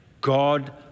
God